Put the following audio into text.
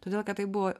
todėl kad tai buvo